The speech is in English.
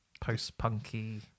post-punky